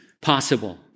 possible